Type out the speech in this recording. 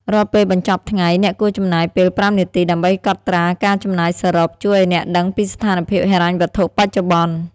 រាល់ពេលបញ្ចប់ថ្ងៃ អ្នកគួរចំណាយពេល ៥ នាទីដើម្បីកត់ត្រាការចំណាយសរុប ជួយឱ្យអ្នកដឹងពីស្ថានភាពហិរញ្ញវត្ថុបច្ចុប្បន្ន។